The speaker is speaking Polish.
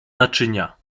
naczynia